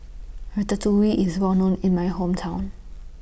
Ratatouille IS Well known in My Hometown